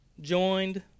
joined